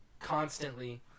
Constantly